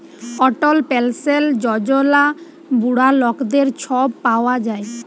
অটল পেলসল যজলা বুড়া লকদের ছব পাউয়া যায়